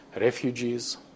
refugees